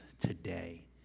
today